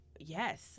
yes